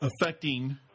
Affecting